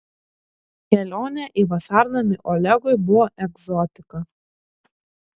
kelionė į vasarnamį olegui buvo egzotika